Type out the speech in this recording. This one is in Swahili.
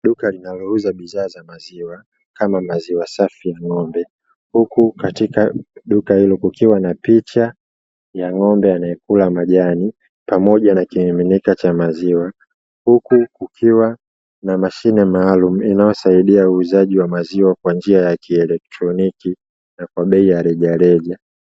Duka linalouza bidhaa za maziwa kama maziwa safi ya ng'ombe; huku katika duka hilo kukiwa na picha ya ng'ombe anayekula majani pamoja na kimiminika cha maziwa, huku kukiwa na mashine maalumu inayosaidia uuzaji wa maziwa kwa njia ya kielektroniki na kwa bei ya rejareja.